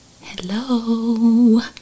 Hello